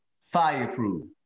fireproof